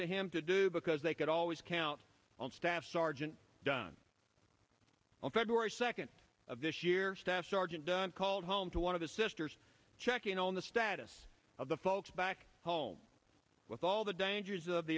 to him to do because they could always count on staff sergeant done on february second of this year staff sergeant dunn called home to one of the sisters checking on the status of the folks back home with all the dangers of the